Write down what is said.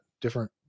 different